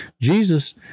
Jesus